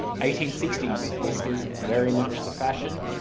eighteen sixty s, whiskers very much the fashion,